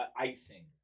icing